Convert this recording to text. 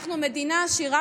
אנחנו מדינה עשירה,